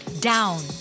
down